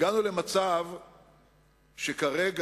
הגענו למצב שכרגע,